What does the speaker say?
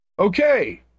Okay